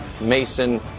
Mason